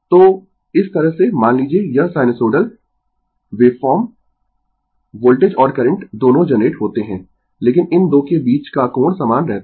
तो इस तरह से मान लीजिए यह साइनसोइडल वेवफॉर्म वोल्टेज और करंट दोनों जनरेट होते है लेकिन इन 2 के बीच का कोण समान रहता है